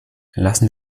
lassen